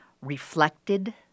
reflected